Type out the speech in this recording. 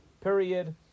period